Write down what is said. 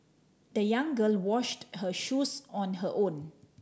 the young girl washed her shoes on her own